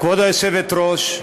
כבוד היושבת-ראש,